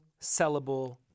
sellable